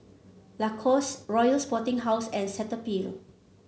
Lacoste Royal Sporting House and Cetaphil